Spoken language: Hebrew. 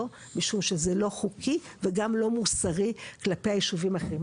משום שזה לא חוקי וגם לא מוסרי כלפי היישובים האחרים.